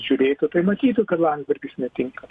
žiūrėtų tai matytų kad landsbergis netinka